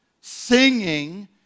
singing